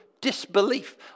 disbelief